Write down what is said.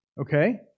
Okay